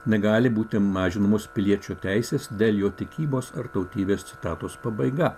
negali būti mažinamos piliečių teisės dėl jų tikybos ar tautybės citatos pabaiga